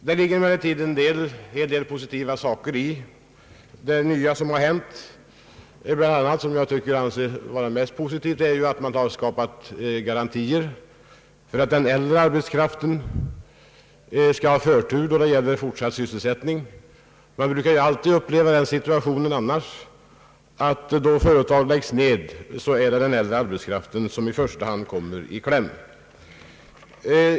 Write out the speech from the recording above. Det ligger emellertid en hel del positivt i det nya som har hänt. Det jag tycker är mest positivt är bl.a. att man har skapat garantier för att den äldre arbetskraften skall få förtur till fortsatt sysselsättning. Man brukar annars alltid uppleva den situationen att, då företag läggs ned, är det den äldre arbetskraften som i första hand kommer i kläm.